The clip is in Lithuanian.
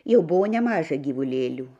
jau buvo nemaža gyvulėlių